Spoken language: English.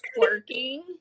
working